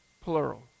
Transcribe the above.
plural